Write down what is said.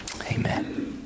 Amen